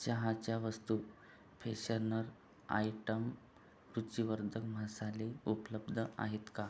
चहाच्या वस्तू freshener item रूचीवर्धक मसाले उपलब्ध आहेत का